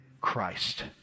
Christ